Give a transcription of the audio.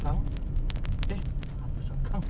ni apa ni wire